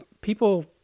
people